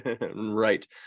right